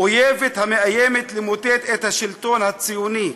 אויבת המאיימת למוטט את השלטון הציוני.